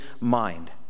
mind